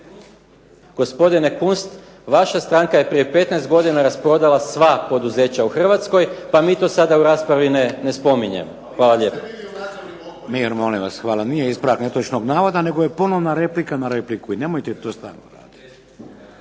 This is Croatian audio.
gospodine Kunst, vaša stranka je prije 15 godina rasprodala sva poduzeća u Hrvatskoj pa mi to sada u raspravi ne spominjemo. Hvala lijepo. … /Upadica se ne razumije./… **Šeks, Vladimir (HDZ)** Mir, molim vas. Hvala. Nije ispravak netočnog navoda nego je ponovna replika na repliku i nemojte to stalno